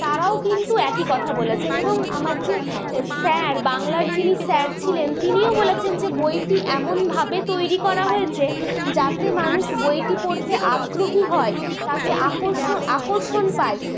তারাও কিন্তু একই কথা বলেছেন এবং আমার যে স্যার বাংলার যিনি স্যার ছিলেন তিনিও বলেছেন যে বইটি এমনভাবে তৈরি করা হয়েছে যাতে মানুষ বইটি পড়তে আগ্রহী হয় তাতে আকর্ষ আকর্ষণ পায়